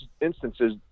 instances